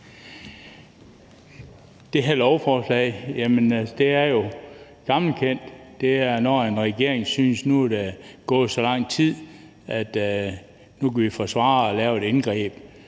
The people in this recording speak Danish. det her lovforslag er det jo gammelkendt, at når en regering synes, at der er gået så lang tid, at man kan forsvare at lave et indgreb,